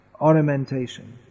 ornamentation